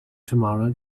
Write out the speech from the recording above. tamara